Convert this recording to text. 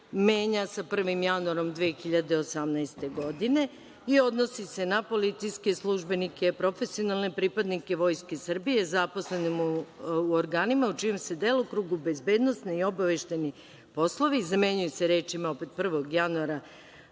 menja sa 1. januarom 2018. godine i odnosi se na policijske službenike, profesionalne pripadnike Vojske Srbije, zaposlenima u organima u čijem su delokrugu bezbednosni i obaveštajni poslovi; zamenjuju sa rečima, opet, 1. januara